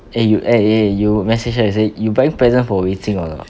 eh you eh eh you message her you say you buying present for wei jing or not